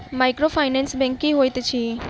Microfinance bank की होइत अछि?